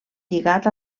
lligat